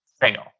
fail